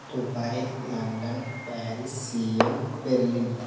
Dubai London Paris Seoul Berlin